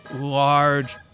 large